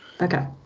Okay